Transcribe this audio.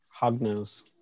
Hognose